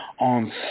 on